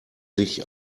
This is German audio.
sich